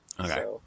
Okay